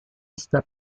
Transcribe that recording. está